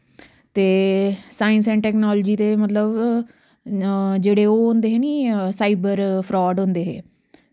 ते science and technology ते मतलब जेह्ड़े ओह् होंदे हे नी साईबर फ्रॉड होंदे हे